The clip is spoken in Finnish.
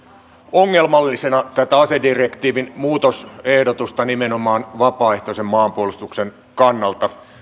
ongelmallisena tätä asedirektiivin muutosehdotusta nimenomaan vapaaehtoisen maanpuolustuksen kannalta